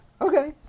Okay